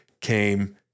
came